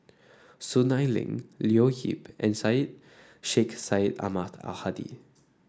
Soon Ai Ling Leo Yip and Syed Sheikh Syed Ahmad Al Hadi